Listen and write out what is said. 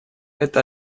это